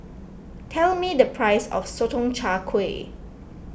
tell me the price of Sotong Char Kway